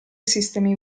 sistemi